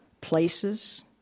places